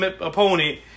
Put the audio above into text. opponent